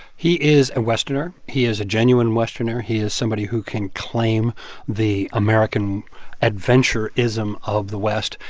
he is a westerner. he is a genuine westerner. he is somebody who can claim the american adventure-ism of the west.